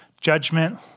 judgment